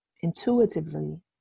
intuitively